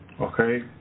Okay